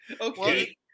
Okay